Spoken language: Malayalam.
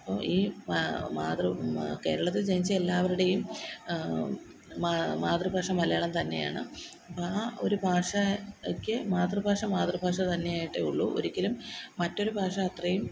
അപ്പോള് ഈ മാതൃ കേരളത്തില് ജനിച്ച എല്ലാവരുടെയും മാ മാതൃഭാഷ മലയാളം തന്നെയാണ് ആ ഒരു ഭാഷയ്ക്ക് മാതൃഭാഷ മാതൃഭാഷ തന്നേയായിട്ടേ ഉള്ളു ഒരിക്കലും മറ്റൊരു ഭാഷ അത്രയും